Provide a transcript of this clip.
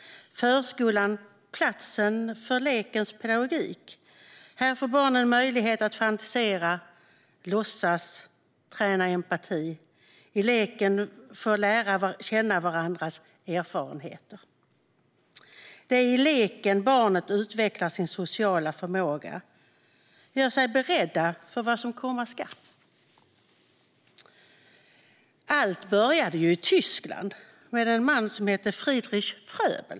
Förskolan är platsen för lekens pedagogik. Här får barnen möjlighet att fantisera, låtsas, träna empati och i leken få lära känna varandras erfarenheter. Det är i leken barnet utvecklar sin sociala förmåga och gör sig beredd på vad som komma skall. Allt började i Tyskland med en man som hette Friedrich Fröbel.